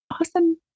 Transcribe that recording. Awesome